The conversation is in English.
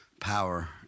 power